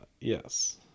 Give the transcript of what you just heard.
yes